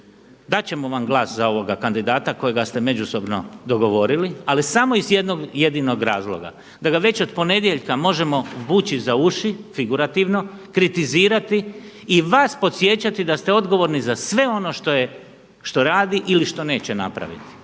dat ćemo vam glas za ovoga kandidata kojega ste međusobno dogovorili ali samo iz jednog jedinog razloga da ga već od ponedjeljka možemo vući za uči figurativno, kritizirati i vas podsjećati da ste odgovorni za sve ono što radi ili što neće napraviti